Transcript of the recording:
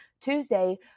Tuesday